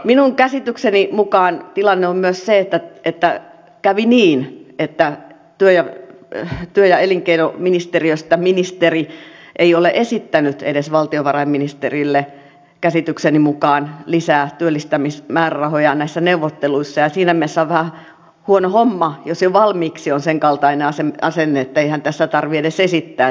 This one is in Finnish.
minun käsitykseni mukaan tilanne on myös se että kävi niin että työ ja elinkeinoministeriöstä ministeri ei ole edes esittänyt valtiovarainministerille käsitykseni mukaan lisää työllistämismäärärahoja näissä neuvotteluissa ja siinä mielessä on vähän huono homma jos jo valmiiksi on sen kaltainen asenne että eihän tässä tarvitse edes esittää